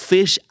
Fish